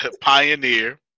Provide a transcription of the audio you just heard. pioneer